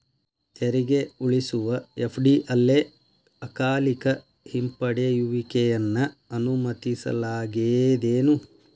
ತೆರಿಗೆ ಉಳಿಸುವ F D ಅಕಾಲಿಕ ಹಿಂಪಡೆಯುವಿಕೆಯನ್ನ ಅನುಮತಿಸಲಾಗೇದೆನು?